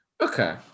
okay